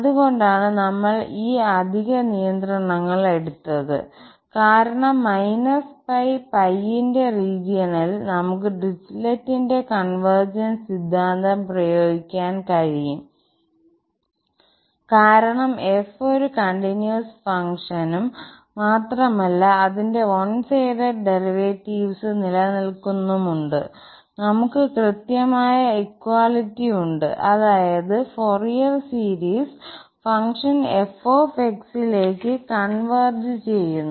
അതുകൊണ്ടാണ് നമ്മൾ ഈ അധിക നിയന്ത്രണങ്ങൾ എടുത്തത് കാരണം ന്റെ റീജിയണിൽ നമുക്ക് ഡിറിച്ലെറ്റിന്റെ കൺവെർജൻസ് സിദ്ധാന്തം പ്രയോഗിക്കാൻ കഴിയും കാരണം f ഒരു കണ്ടിന്യൂസ് ഫംഗ്ഷനും മാത്രമല്ല അതിന്റെ വൺ സൈഡഡ് ഡെറിവേറ്റിവ്സ് നിലനിൽക്കുന്നുമുണ്ട് നമുക്ക് കൃത്യമായ ഇക്വാളിറ്റി ഉണ്ട് അതായത് ഫൊറിയർ സീരീസ് ഫംഗ്ഷൻ f ലേക്ക് കൺവെർജ് ചെയ്യുന്നു